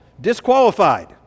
disqualified